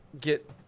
get